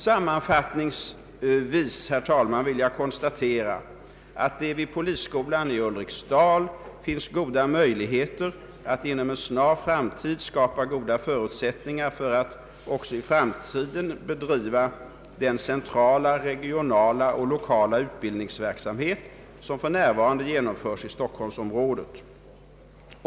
Sammanfattningsvis vill jag konstatera att det finns goda möjligheter att vid polisskolan i Ulriksdal ganska snart skapa goda förutsättningar för att också i framtiden bedriva den centrala, regionala och lokala utbildningsverksamhet som för närvarande genomförs i Stockholmsområdet.